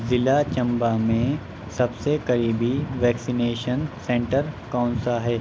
ضلع چنبہ میں سب سے قریبی ویکسینیشن سینٹر کون سا ہے